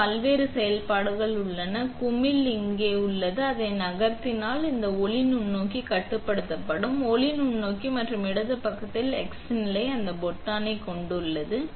எனவே இதில் பல்வேறு செயல்பாடுகள் உள்ளன இந்த குமிழ் இங்கே எனவே நீங்கள் அதை நகர்த்தினால் இது ஒளி நுண்ணோக்கி கட்டுப்படுத்தப்படும் ஒளி நுண்ணோக்கி மற்றும் இடது பக்கத்தில் எக்ஸ் நிலை அதே பொத்தானை கொண்டுள்ளது